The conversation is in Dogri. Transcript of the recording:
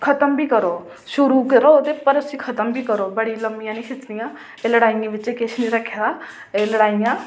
खत्म बी करो शुरू ते करो पर उसी खत्म बी करो बड़ियां लम्मियां निं खिच्चनियां ते लड़ाइयें बिच किश निं रक्खे दा लड़ाइयां